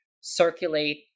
circulate